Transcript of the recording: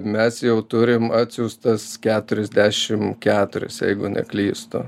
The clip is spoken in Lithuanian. mes jau turim atsiųstas keturiasdešim keturias jeigu neklystu